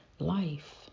Life